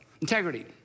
integrity